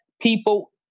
people